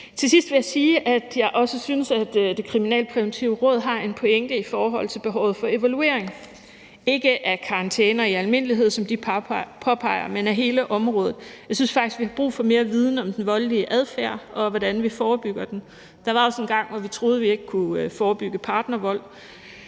Til sidst vil jeg sige, at jeg også synes, at Det Kriminalpræventive Råd har en pointe i forhold til behovet for evaluering – ikke af karantæner i almindelighed, som de påpeger, men af hele området. Jeg synes faktisk, at vi har brug for mere viden om den voldelige adfærd, og hvordan vi forebygger den. Der var også engang, hvor vi troede, at vi ikke kunne forebygge partnervold,